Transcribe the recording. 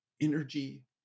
energy